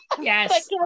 Yes